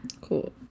cool